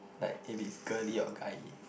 like if it's girly or guyey